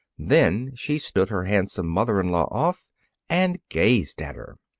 then she stood her handsome mother-in-law off and gazed at her.